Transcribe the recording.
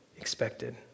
expected